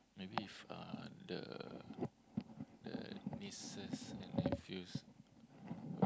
maybe if uh the the nieces and nephews a bit